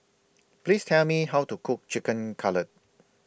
Please Tell Me How to Cook Chicken Cutlet